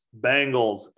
Bengals